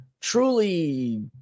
truly